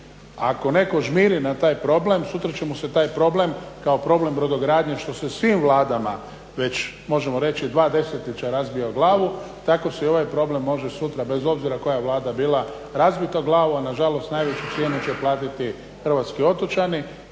Ako netko žmiri na taj problem sutra će mu se taj problem kao problem brodogradnje što se svim vladama možemo reći već dva desetljeća razbija o glavu tako se i ovaj problem može sutra bez obzira koja vlada bila razbiti o glavu, a nažalost najveću cijenu će platiti hrvatski otočani